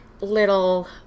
little